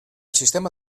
sistema